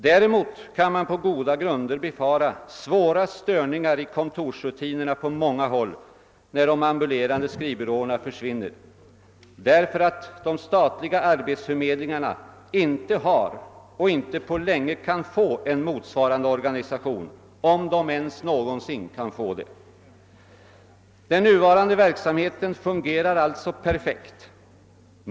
Däremot kan man på goda grunder befara svåra störningar i kontorsrutinerna på många håll när de ambulerande skrivbyråcerna försvinner, därför att de statliga arbetsförmedlingarna inte har och inte på länge kan få en motsvarande Orga nisation, om de ens någonsin kan få det. Den nuvarande verksamheten fungerar alltså perfekt.